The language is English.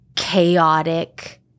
Chaotic